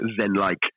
zen-like